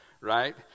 right